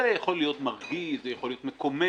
זה יכול להיות מרגיז, זה יכול להיות מקומם.